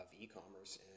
e-commerce